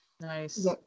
nice